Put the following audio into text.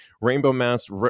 rainbow-masked